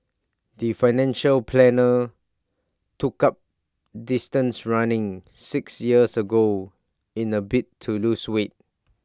the financial planner took up distance running six years ago in A bid to lose weight